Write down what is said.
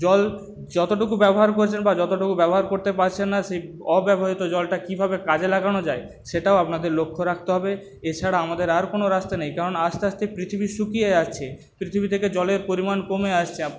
জল যতটুকু ব্যবহার করছেন বা যতটুকু ব্যবহার করতে পারছেননা সেই অব্যবহৃত জলটা কীভাবে কাজে লাগানো যায় সেটাও আপনাদের লক্ষ্য রাখতে হবে এছাড়া আমাদের আর কোনো রাস্তা নেই কারণ আসতে আসতে পৃথিবী শুকিয়ে যাচ্ছে পৃথিবী থেকে জলের পরিমাণ কমে আসছে